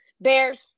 Bears